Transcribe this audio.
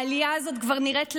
העלייה הזאת כבר נראית לעין,